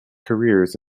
careers